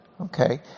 Okay